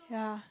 yeah